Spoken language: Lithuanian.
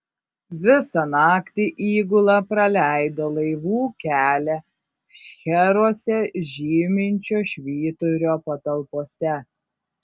visą naktį įgula praleido laivų kelią šcheruose žyminčio švyturio patalpose